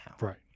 Right